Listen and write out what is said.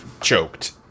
...choked